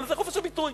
אבל זה חופש הביטוי.